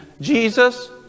Jesus